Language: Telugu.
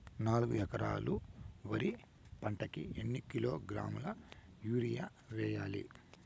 నాలుగు ఎకరాలు వరి పంటకి ఎన్ని కిలోగ్రాముల యూరియ వేయాలి?